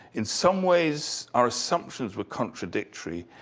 in some ways, our assumptions were contradictory.